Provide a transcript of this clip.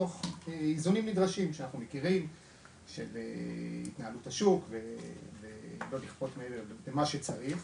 תוך איזונים נדרשים שאנחנו מכירים של התנהלות השוק ובמה שצריך.